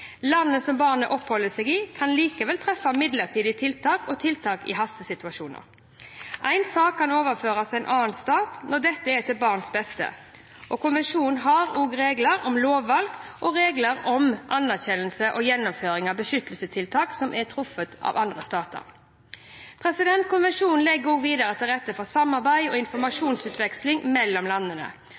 Landet som barnet oppholder seg i, kan likevel treffe midlertidige tiltak og tiltak i hastesituasjoner. En sak kan overføres til en annen stat når dette er til barnets beste. Konvensjonen har også regler om lovvalg og regler om anerkjennelse og gjennomføring av beskyttelsestiltak som er truffet i andre stater. Konvensjonen legger videre til rette for samarbeid og informasjonsutveksling mellom landene.